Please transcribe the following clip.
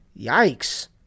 Yikes